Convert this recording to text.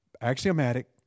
Axiomatic